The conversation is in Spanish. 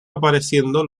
apareciendo